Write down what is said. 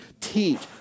teach